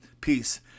peace